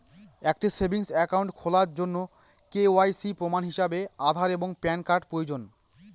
একটি savings account খোলার জন্য কে.ওয়াই.সি প্রমাণ হিসাবে আধার এবং প্যান কার্ড প্রয়োজন